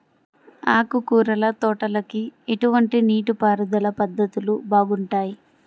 ఆకుకూరల తోటలకి ఎటువంటి నీటిపారుదల పద్ధతులు బాగుంటాయ్?